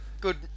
good